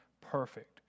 perfect